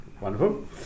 Wonderful